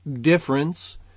difference